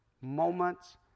moments